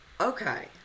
Okay